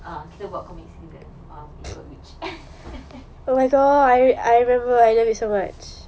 ah kita pergi comics together on that day ikut witch